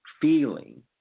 feeling